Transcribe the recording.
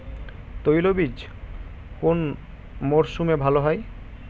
তৈলবীজ কোন মরশুমে ভাল হয়?